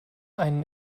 einen